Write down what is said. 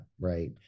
right